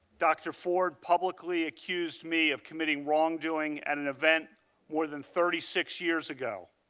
dr. ford publicly accused me of committing wrongdoing at an event more than thirty six years ago.